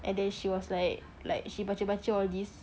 and then she was like like she baca baca all this